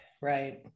Right